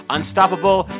Unstoppable